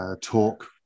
Talk